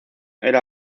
era